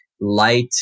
light